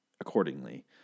accordingly